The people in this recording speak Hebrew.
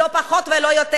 לא פחות ולא יותר.